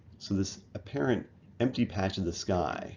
so this apparent empty patch of the sky